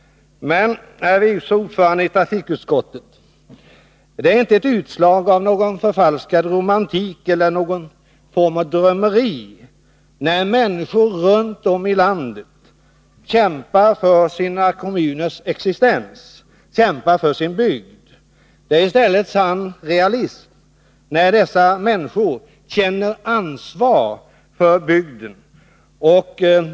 Men herr vice ordförande i trafikutskottet: Det är inte något utslag av förfalskad romantik eller av någon form av drömmeri, när människor runt om i landet kämpar för sina kommuners existens, för sin bygd. Det är i stället sann realism, när dessa människor känner ansvar för bygden.